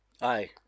Aye